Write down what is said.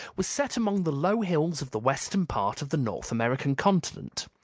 was set among the low hills of the western part of the north american continent.